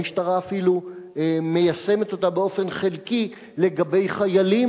המשטרה אפילו מיישמת אותה באופן חלקי לגבי חיילים,